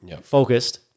focused